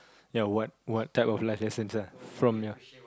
ya what what type of life lessons lah from your